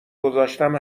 گذاشتم